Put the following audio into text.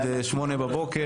והוראת שעה) (שירות במשטרה ושירות מוכר)